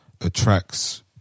attracts